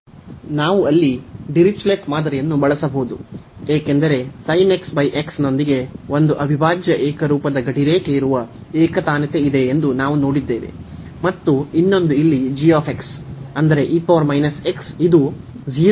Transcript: ನಾವು ಅಲ್ಲಿ ಡಿರಿಚ್ಲೆಟ್ ಮಾದರಿಯನ್ನು ಬಳಸಬಹುದು ಏಕೆಂದರೆ ನೊಂದಿಗೆ ಒಂದು ಅವಿಭಾಜ್ಯ ಏಕರೂಪದ ಗಡಿರೇಖೆಯಿರುವ ಏಕತಾನತೆ ಇದೆ ಎಂದು ನಾವು ನೋಡಿದ್ದೇವೆ ಮತ್ತು ಇನ್ನೊಂದು ಇಲ್ಲಿ g ಅಂದರೆ ಇದು 0 ಗೆ ಆಗಿ ಹೋಗುತ್ತದೆ